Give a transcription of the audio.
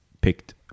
picked